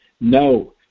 No